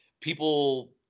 people